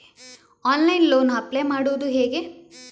Online loan apply ಮಾಡುವುದು ಹೇಗೆ?